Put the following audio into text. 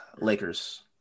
Lakers